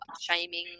shaming